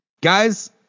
Guys